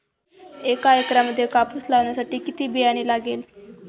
एका एकरामध्ये कापूस लावण्यासाठी किती बियाणे लागेल?